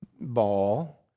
ball